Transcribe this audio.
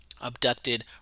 abducted